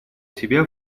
себя